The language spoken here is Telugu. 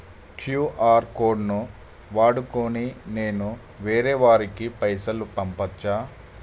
క్యూ.ఆర్ కోడ్ ను వాడుకొని నేను వేరే వారికి పైసలు పంపచ్చా?